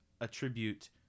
attribute